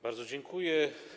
Bardzo dziękuję.